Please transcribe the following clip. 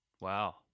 Wow